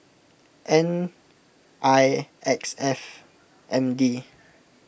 N I X F M D